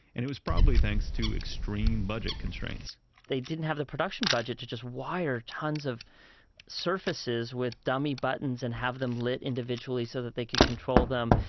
and it was probably thanks to extreme budget constraints they didn't have the production budget to just wire tons of surfaces with dummy buttons and have them lit individually so that they could control them.